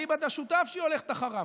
אליבא דשותף שהיא הולכת אחריו.